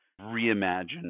reimagine